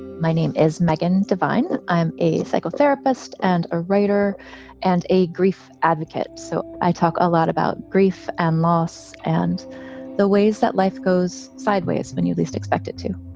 my name is meghan devine. i'm a psychotherapist and a writer and a grief advocate. so i talk a lot about grief and loss and the ways that life goes sideways. when you least expect it to